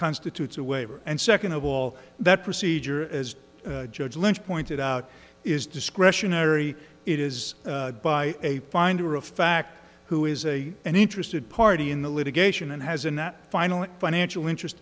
constitutes a waiver and second of all that procedure as judge lynch pointed out is discretionary it is by a finder of fact who is a an interested party in the litigation and has in that final financial interest